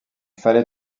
fallait